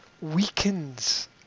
weakens